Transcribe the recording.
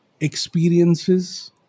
experiences